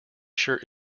shirt